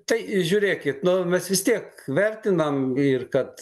tai žiūrėkit mes vis tiek vertinam ir kad